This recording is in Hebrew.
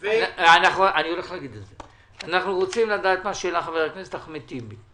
אנחנו רוצים לדעת מה שהעלה חבר הכנסת אחמד טיבי,